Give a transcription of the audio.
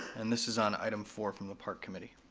and this is on item four from the park committee.